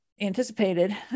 anticipated